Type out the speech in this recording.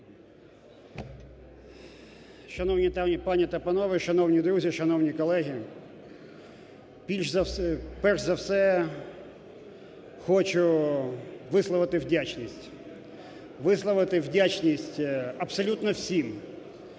Шановні пані та панове, шановні друзі, шановні колеги! Перш за все хочу висловити вдячність, висловити вдячність абсолютно всім,